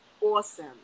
awesome